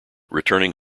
returning